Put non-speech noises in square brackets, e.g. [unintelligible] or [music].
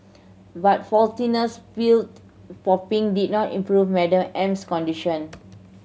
but [unintelligible] pilled popping did not improve Madam M's condition